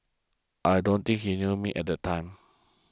I don't thinking he knew the me at the time